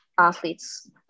athletes